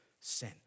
sin